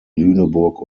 lüneburg